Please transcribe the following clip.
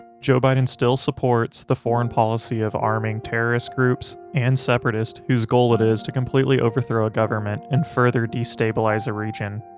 joe biden still supports the foreign policy of arming terrorist groups and separatist whose goal it is to completely overthrow a government and further destabilize a region.